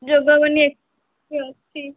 ଯୁଗବନି X ଅଛି